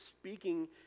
speaking